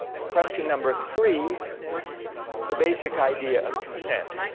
and question number three the basic idea of consent.